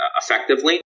effectively